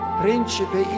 principe